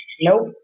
Nope